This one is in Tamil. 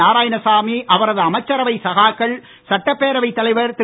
நாராயணசாமி அவரது அமைச்சரவை சகாக்கள் சட்டப்பேரவை தலைவர் திரு